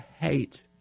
hate